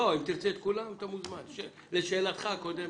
אם תרצה לנמק את כולן אתה מוזמן, לשאלתך הקודמת.